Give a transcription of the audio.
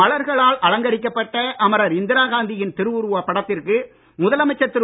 மலர்களால் அலங்கரிக்கப்பட்ட அமரர் இந்திரா காந்தியின் திருஉருவப் படத்திற்கு முதலமைச்சர் திரு